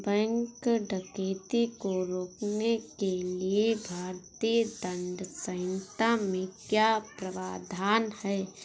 bank डकैती को रोकने के लिए भारतीय दंड संहिता में क्या प्रावधान है